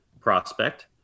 prospect